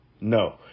no